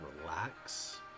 relax